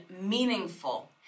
meaningful